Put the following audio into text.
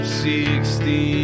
sixteen